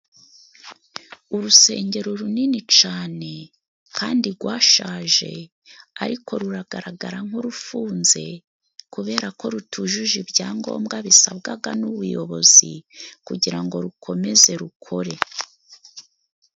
Urusengero runini cane kandi gwashaje ariko ruragaragara nk'urufunze, kubera ko rutujuje ibyangombwa bisabwaga n'ubuyobozi kugira ngo rukomeze rukore.